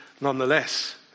nonetheless